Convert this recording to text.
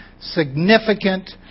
significant